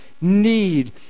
need